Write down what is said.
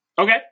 Okay